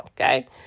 okay